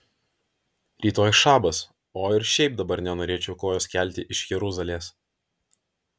rytoj šabas o ir šiaip dabar nenorėčiau kojos kelti iš jeruzalės